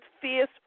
fierce